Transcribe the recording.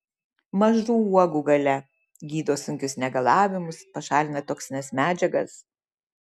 mažų uogų galia gydo sunkius negalavimus pašalina toksines medžiagas